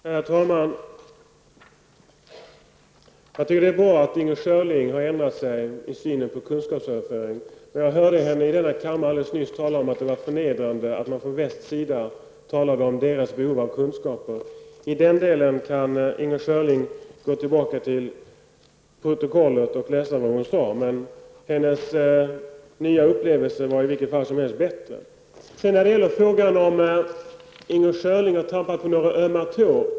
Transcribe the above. Herr talman! Jag tycker att det är bra att Inger Schörling har ändrat sin syn på kunskapsöverföring. Jag hörde henne i denna kammare alldeles nyss tala om att det var förnedrande att man från västs sida talade om ''deras behov av kunskaper''. I den delen kan Inger Schörling gå tillbaka till protokollet och läsa vad hon sade. Hennes nya upplevelser var i vilket fall som helst bättre. Inger Schörling trodde att hon trampat på några ömma tår.